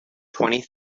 twenty